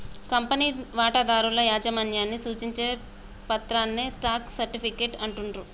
కంపెనీలో వాటాదారుల యాజమాన్యాన్ని సూచించే పత్రాన్నే స్టాక్ సర్టిఫికేట్ అంటుండ్రు